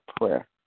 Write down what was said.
prayer